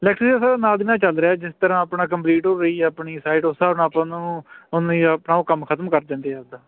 ਇਲੈਕਟ੍ਰੀ ਦਾ ਸਰ ਨਾਲ ਦੀ ਨਾਲ ਚੱਲ ਰਿਹਾ ਜਿਸ ਤਰ੍ਹਾਂ ਆਪਣਾ ਕੰਪਲੀਟ ਹੋ ਰਹੀ ਹੈ ਆਪਣੀ ਸਾਈਡ ਉਸ ਹਿਸਾਬ ਨਾਲ ਆਪਾਂ ਉਹਨਾਂ ਨੂੰ ਉੱਨੀ ਥਾਂ ਉਹ ਕੰਮ ਖ਼ਤਮ ਕਰ ਦਿੰਦੇ ਹੈ ਆਪਣਾ